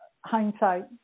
hindsight